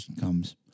comes